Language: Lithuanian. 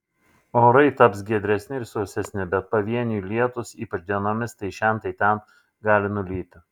orai taps giedresni ir sausesni bet pavieniai lietūs ypač dienomis tai šen tai ten gali nulyti